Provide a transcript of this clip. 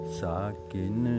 sakin